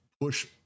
push